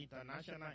International